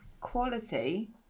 quality